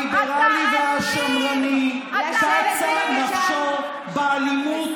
אתה אגרסיה, אתה אגרסיבי, אתה אלים, אתה אלים.